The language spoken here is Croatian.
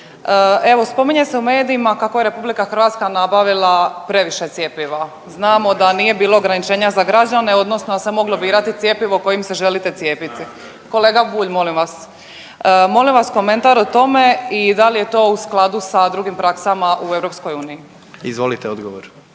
Evo spominje se u medijima kako je RH nabavila previše cjepiva, znamo da nije bilo ograničenja za građane odnosno da se moglo birati cjepivo kojim se želite cijepiti. Kolega Bulj, molim vas. Molim vas komentar o tome i da li je to u skladu sa drugim praksama u EU? **Jandroković,